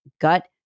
gut